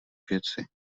věci